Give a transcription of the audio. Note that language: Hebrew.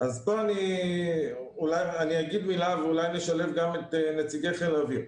אני אגיד מילה ואולי נשלב גם את נציגי חיל האוויר.